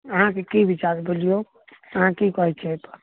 अहाँके की बिचार है बजियौ अहाँ की कहैत छियै